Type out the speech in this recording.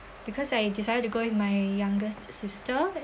because I decided to go with my youngest sister